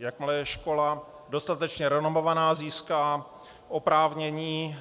Jakmile je škola dostatečně renomovaná, získá oprávnění